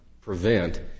prevent